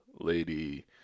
lady